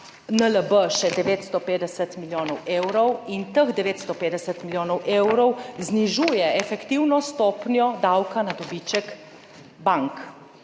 NLB še 950 milijonov evrov in teh 950 milijonov evrov znižuje efektivno stopnjo davka na dobiček bank.